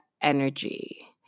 energy